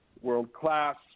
world-class